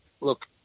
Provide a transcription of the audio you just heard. look